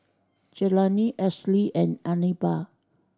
Jelani Esley and Anibal